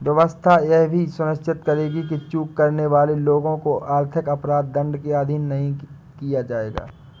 व्यवस्था यह भी सुनिश्चित करेगी कि चूक करने वाले लोगों को आर्थिक अपराध दंड के अधीन नहीं किया जाएगा